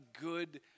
good